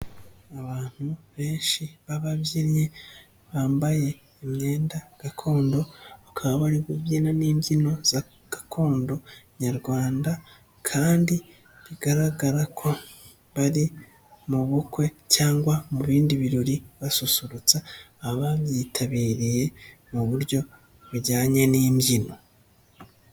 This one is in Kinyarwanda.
Abantu benshi b'ababyinnyi bambaye imyenda gakondo, bakaba bari kubyina n'imbyino za gakondo nyarwanda kandi bigaragara ko bari mu bukwe cyangwa mu bindi birori, basusurutsa ababyitabiriye mu buryo bujyanye n'imbyino.